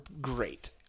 great